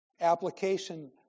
Application